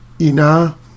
Ina